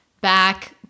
back